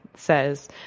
says